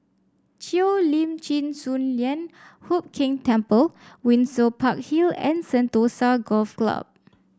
Cheo Lim Chin Sun Lian Hup Keng Temple Windsor Park Hill and Sentosa Golf Club